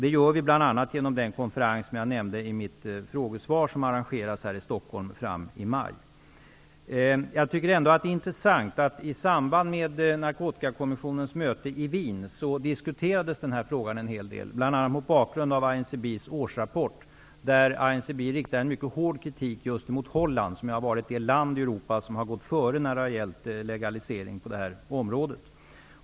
Det gör vi bl.a., som jag nämnde i mitt frågesvar, genom den konferens som arrangeras i maj i Stockholm. Det är ändå intressant att den här frågan i samband med Narkotikakommissionens möte i Wien diskuterades en hel del, bl.a. mot bakgrund av INCB:s årsrapport. I den riktar INCB en mycket hård kritik mot just Holland, som har varit det land i Europa som har gått före när det har gällt legalisering på detta område.